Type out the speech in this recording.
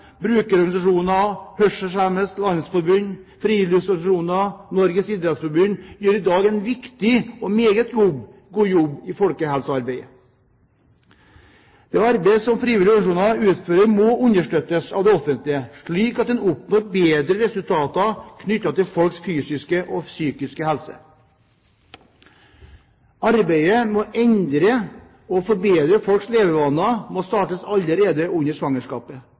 meget god jobb i folkehelsearbeidet. Det arbeidet som frivillige organisasjoner utfører, må understøttes av det offentlige, slik at en oppnår bedre resultater knyttet til folks fysiske og psykiske helse. Arbeidet med å endre og forbedre folks levevaner må startes allerede under svangerskapet,